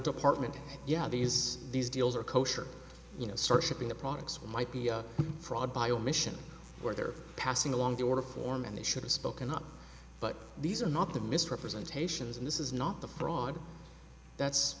department yeah these these deals are kosher you know searching the products which might be a fraud by omission where they're passing along the order form and they should have spoken up but these are not the misrepresentations and this is not the fraud that's